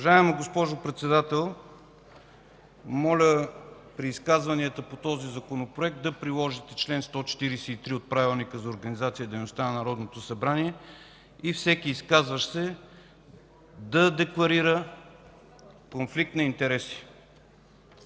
Уважаема госпожо Председател, моля при изказванията по този Законопроект да приложите чл. 143 от Правилника за организация и дейността на Народното събрание и всеки изказващ се да декларира конфликт на интереси.